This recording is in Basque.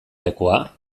lekua